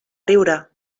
riure